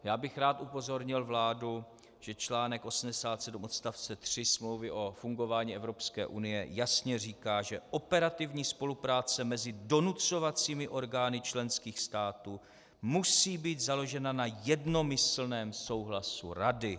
Já bych rád upozornil vládu, že článek 87 odst. 3 Smlouvy o fungování Evropské unie jasně říká, že operativní spolupráce mezi donucovacími orgány členských států musí být založena na jednomyslném souhlasu Rady.